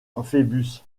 phœbus